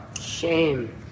Shame